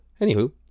Anywho